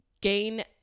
gain